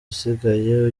usigaye